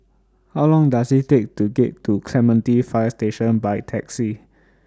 How Long Does IT Take to get to Clementi Fire Station By Taxi